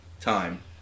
time